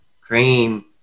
cream